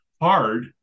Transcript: hard